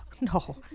no